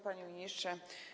Panie Ministrze!